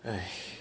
!hais!